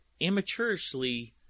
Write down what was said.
amateurishly